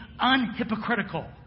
unhypocritical